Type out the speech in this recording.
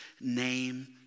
name